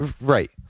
Right